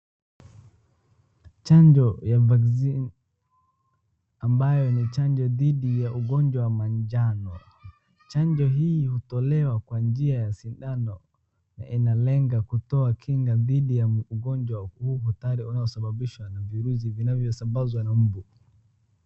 Chanjo ya Vaccine ambayo ni chanjo dhidi ya ugonjwa manjano, chanjo hii hutolewa kwa njia ya sindano, inalenga kutoa kinga dhidi ya ugonjwa kuhu kutari onasababisha na virusi vinavyo sambazwa na mbu.